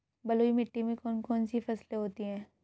बलुई मिट्टी में कौन कौन सी फसलें होती हैं?